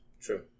True